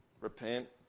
repent